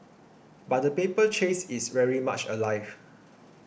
but the paper chase is very much alive